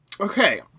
Okay